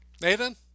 Nathan